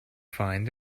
find